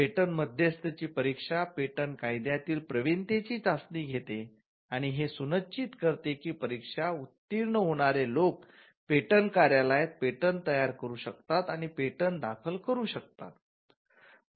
patent मध्यस्थची परीक्षा patent कायद्यातील प्रवीणतेची चाचणी घेते आणि हे सुनिश्चित करते की परीक्षा उत्तीर्ण होणारे लोक पेटंट कार्यालयात पेटंट तयार करू शकतात आणि पेटंट दाखल करू शकतात